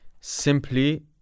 simply